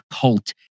cult